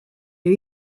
new